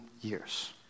years